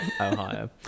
Ohio